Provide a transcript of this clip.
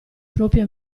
proprie